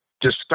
discuss